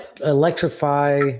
electrify